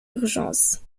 urgence